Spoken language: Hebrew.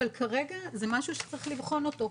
אבל כרגע זה משהו שצריך לבחון אותו.